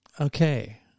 Okay